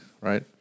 right